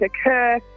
occur